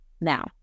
now